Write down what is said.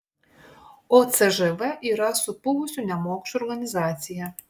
o cžv yra supuvusi nemokšų organizacija